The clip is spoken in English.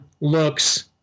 looks